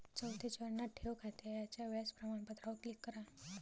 चौथ्या चरणात, ठेव खात्याच्या व्याज प्रमाणपत्रावर क्लिक करा